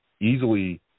easily